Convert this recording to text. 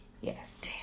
Yes